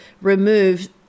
remove